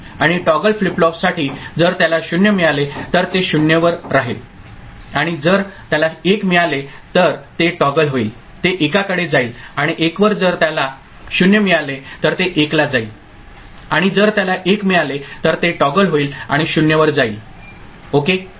आणि toggle flip flop साठी जर त्याला 0 मिळाले तर ते 0 वर राहील आणि जर त्याला 1 मिळाले तर ते टॉगल होईल ते एकाकडे जाईल आणि 1 वर जर त्याला 0 मिळाले तर ते 1 ला जाईल आणि जर त्याला 1 मिळाले तर ते टॉगल होईल आणि 0 वर जाईल ओके